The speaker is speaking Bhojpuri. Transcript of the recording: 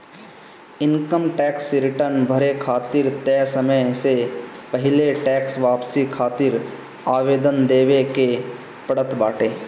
इनकम टेक्स रिटर्न भरे खातिर तय समय से पहिले टेक्स वापसी खातिर आवेदन देवे के पड़त बाटे